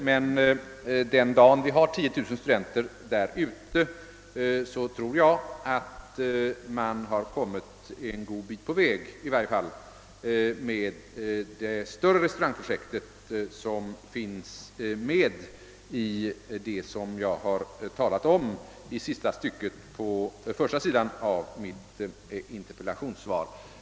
Men jag tror att man den dag då vi har 10 000 studenter där ute har kommit en god bit på väg med det större 'restaurangprojekt som jag har talat om i mitt interpellationssvar.